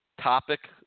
topic